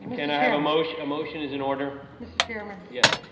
and i have a motion, a motion is in order. mr. chairman? yes?